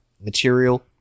material